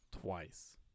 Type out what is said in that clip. Twice